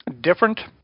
Different